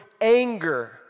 anger